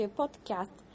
podcast